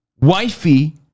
wifey